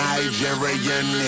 Nigerian